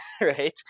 right